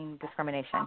discrimination